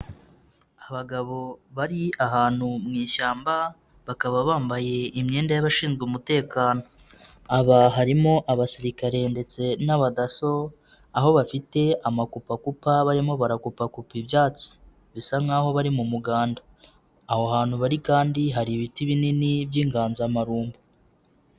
Abagabo bari ahantu mu ishyamba bakaba bambaye imyenda y'abashinzwe umutekano, aba harimo abasirikare ndetse n'abadaso aho bafite amakupakupa barimo barakupakupa ibyatsi bisa nkaho bari mu muganda, aho hantu bari kandi hari ibiti binini by'inganzamarumbo.